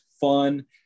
fun